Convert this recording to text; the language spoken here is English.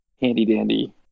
handy-dandy